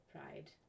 pride